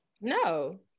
no